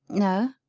no?